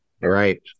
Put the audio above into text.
Right